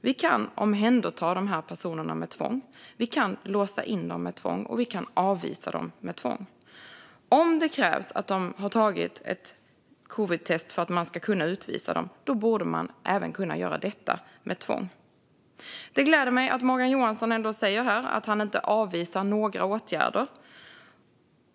Vi kan omhänderta dessa personer med tvång, vi kan låsa in dem med tvång och vi kan avvisa dem med tvång. Om det krävs att de har tagit ett covidtest för att man ska kunna utvisa dem borde man även kunna göra det med tvång. Det gläder mig att Morgan Johansson ändå säger att han inte avvisar några åtgärder.